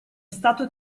stato